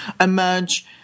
emerge